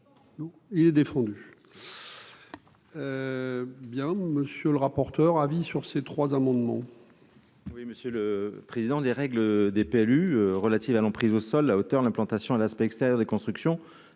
il est défendu. Il y a un monsieur le rapporteur, avis sur ces trois amendements.